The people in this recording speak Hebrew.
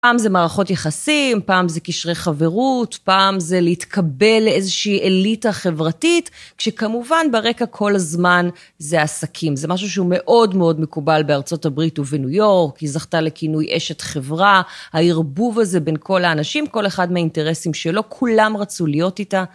פעם זה מערכות יחסים, פעם זה קשרי חברות, פעם זה להתקבל לאיזושהי אליטה חברתית, כשכמובן ברקע כל הזמן זה עסקים, זה משהו שהוא מאוד מאוד מקובל בארצות הברית ובניו יורק, היא זכתה לכינוי אשת חברה, הערבוב הזה בין כל האנשים, כל אחד מהאינטרסים שלו, כולם רצו להיות איתה.